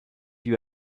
you